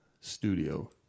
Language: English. studio